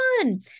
fun